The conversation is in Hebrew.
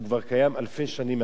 הוא כבר קיים אלפי שנים,